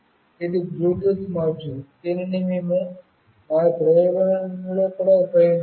ఇది Bluetooth module దీనిని మేము మా ప్రయోగంలో కూడా ఉపయోగించాము